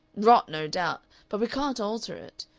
rot, no doubt but we can't alter it.